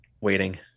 waiting